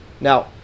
Now